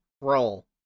Roll